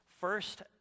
First